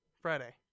Friday